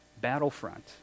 battlefront